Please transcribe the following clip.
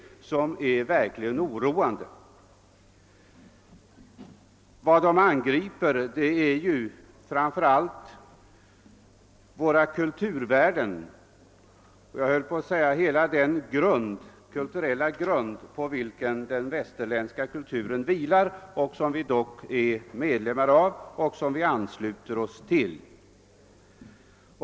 Vad de angriper är framför allt våra kulturvärden, ja nära nog hela den grund på vilken den västerländska kulturen vilar — den kultur som vi ansluter oss till.